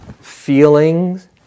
feelings